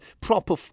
proper